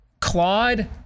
Claude